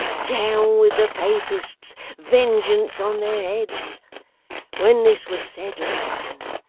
down with the papists vengeance on their heads when this was said and done,